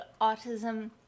autism